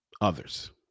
others